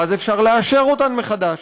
ואז אפשר לאשר אותן מחדש,